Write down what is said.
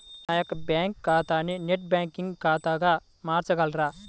నా యొక్క బ్యాంకు ఖాతాని నెట్ బ్యాంకింగ్ ఖాతాగా మార్చగలరా?